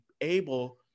able